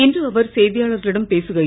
இன்று அவர் செய்தியாளர்களிடம் பேசுகையில்